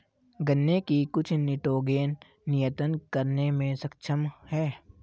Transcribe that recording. गन्ने की कुछ निटोगेन नियतन करने में सक्षम है